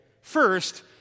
First